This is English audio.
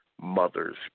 mother's